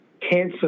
cancer